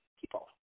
people